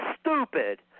stupid